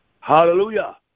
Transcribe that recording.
Hallelujah